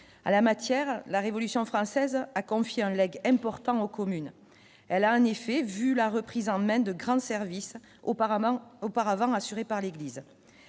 à la matière, la Révolution française, a confié un lag important aux communes, elle a un effet vu la reprise en main de grande services auparavant, auparavant assuré par l'Église,